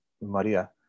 maria